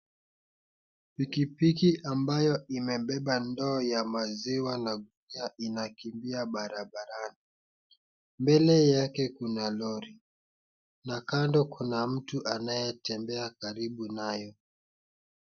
Pikipiki ambayo imebeba ndoo ya maziwa na gunia inakimbia barabarani. Mbele yake kuna lori na kando kuna mtu anayetembea karibu nayo.